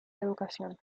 educación